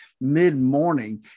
mid-morning